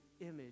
image